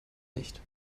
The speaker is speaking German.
nicht